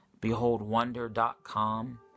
Beholdwonder.com